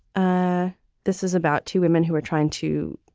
ah this is about two women who were trying to.